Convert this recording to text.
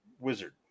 wizard